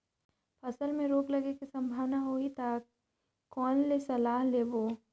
फसल मे रोग लगे के संभावना होही ता के कर ले सलाह लेबो?